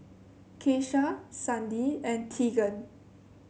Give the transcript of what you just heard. Keisha Sandi and Teagan